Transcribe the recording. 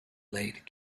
late